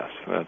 Yes